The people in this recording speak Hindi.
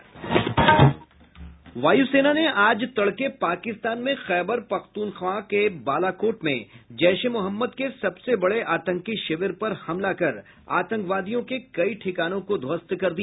वायुसेना ने आज तड़के पाकिस्तान में खैबर पखतुन्ख्वा के बालाकोट में जैश ए मोहम्मद के सबसे बड़े आतंकी शिविर पर हमला कर आतकंवादियों के कई ठिकानों को ध्वस्त कर दिया